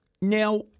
Now